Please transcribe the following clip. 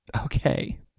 Okay